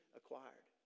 acquired